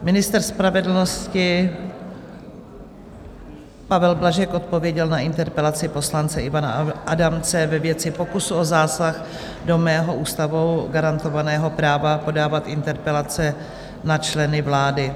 Ministr spravedlnosti Pavel Blažek odpověděl na interpelaci poslance Ivana Adamce ve věci pokusu o zásah do mého Ústavou garantovaného práva podávat interpelace na členy vlády.